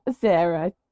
Sarah